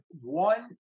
one